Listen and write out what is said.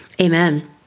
amen